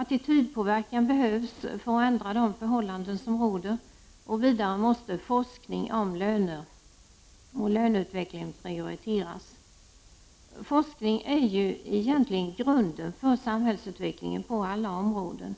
Attitydpåverkan behövs för att ändra de förhållanden som råder, och vidare måste forskning om löner och löneutveckling prioriteras. Forskningen är ju egentligen grunden för samhällsutvecklingen på alla områden.